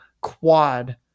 quad